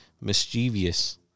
mischievous